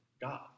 God